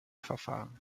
verfahren